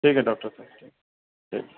ٹھیک ہے doctor thank you ٹھیک ہے سلام علیکم